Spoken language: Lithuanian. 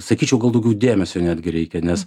sakyčiau gal daugiau dėmesio netgi reikia nes